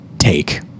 take